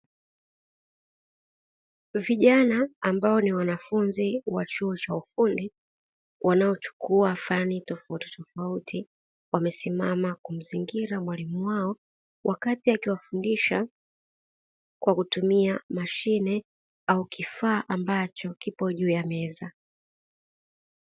Vijana ambao ni wanafunzi wa chuo cha ufundi, wanaochukua fani tofautitofauti ,wamesimama kumzingira mwalimu wao, wakati akiwafundisha kwa kutumia mashine au kifaa ambacho kipo juu ya meza.